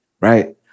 Right